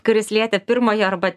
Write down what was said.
kuris lietė pirmojo arba